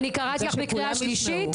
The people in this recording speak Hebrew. אני קראתי לך בקריאה שלישית.